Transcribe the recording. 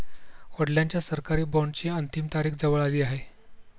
वडिलांच्या सरकारी बॉण्डची अंतिम तारीख जवळ आली आहे